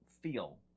feel